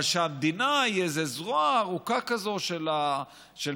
אבל שהמדינה היא איזו זרוע ארוכה כזאת, של מה?